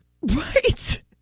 Right